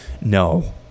No